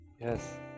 Yes